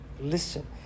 Listen